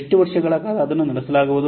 ಎಷ್ಟು ವರ್ಷಗಳ ಕಾಲ ಅದನ್ನು ನಡೆಸಲಾಗುವುದು